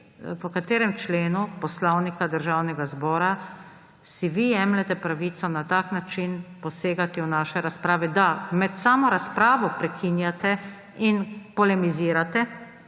po katerem členu Poslovnika Državnega zbora si vi jemljete pravico na tak način posegati v naše razprave, da med samo razpravo prekinjate in polemizirate.